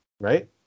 right